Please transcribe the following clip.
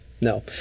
No